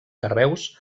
carreus